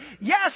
Yes